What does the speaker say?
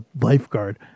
lifeguard